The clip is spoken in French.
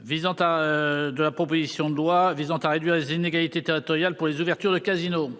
visant à réduire les inégalités territoriales pour les ouvertures de casino.